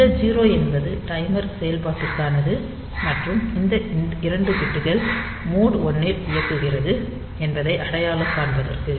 இந்த 0 என்பது டைமர் செயல்பாட்டுக்கானது மற்றும் இந்த 2 பிட்கள் மோட் 1 இல் இயங்குகிறது என்பதை அடையாளம் காண்பதற்கு